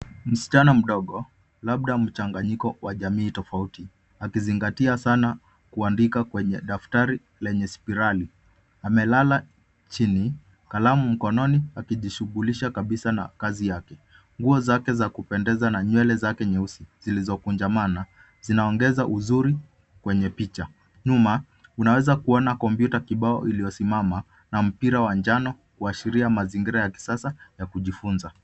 Msichana mdogo, labda mchanganyiko wa jamii tofauti, akizingatia sana kuandika kwenye daftari lenye spirali. Amelala chini kalamu mkononi akijishughulisha kabisaa na kazi yake. Nguo zake za kupendeza na nywele zake nyeusi zilizokunjamana zinaongeza uzuri kwenye picha. Nyuma unaweza kuona kompyuta kibao iliyosimama na mpira wa njano kuashiria mazingira ya kisasa ya kujifunza.